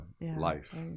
life